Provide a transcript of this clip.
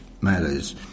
matters